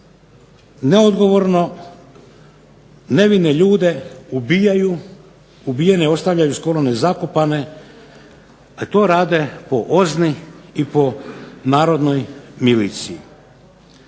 neodgovorno nevine ljude ubijaju, ubijene ostavljaju skoro nezakopane, a to rade po OZNA-i i po Narodnoj miliciji."